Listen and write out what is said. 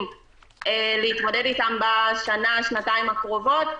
להתמודד איתם בשנה-שנתיים הקרובות,